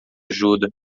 ajuda